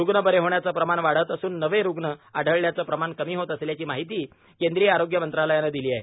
रुग्ण बरे होण्याचं प्रमाणं वाढत असून नवे रुग्ण आढळण्याचं प्रमाण कमी होत असल्याची माहितीही केंद्रीय आरोग्य मंत्रालयानं दिली आहे